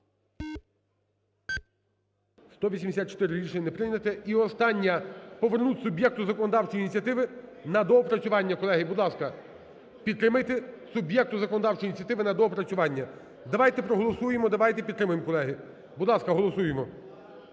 184. Рішення не прийняте. І остання – повернути суб'єкту законодавчої ініціативи на доопрацювання. Колеги, будь ласка, підтримайте суб'єкту законодавчої ініціативи на доопрацювання. Давайте проголосуємо, давайте підтримаємо, колеги. Будь ласка, голосуємо.